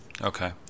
Okay